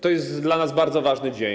To jest dla nas bardzo ważny dzień.